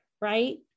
right